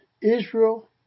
Israel